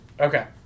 Okay